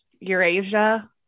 eurasia